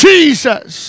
Jesus